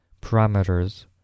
Parameters